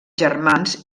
germans